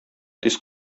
тиз